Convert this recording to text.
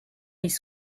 les